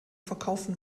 verkaufen